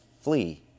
flee